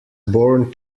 born